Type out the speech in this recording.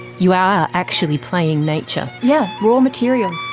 you are actually playing nature. yeah, raw materials.